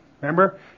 Remember